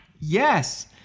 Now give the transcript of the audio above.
yes